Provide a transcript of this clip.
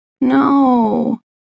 No